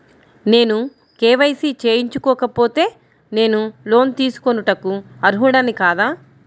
నేను కే.వై.సి చేయించుకోకపోతే నేను లోన్ తీసుకొనుటకు అర్హుడని కాదా?